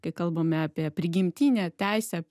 kai kalbame apie prigimtinę teisę